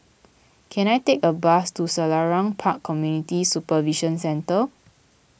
can I take a bus to Selarang Park Community Supervision Centre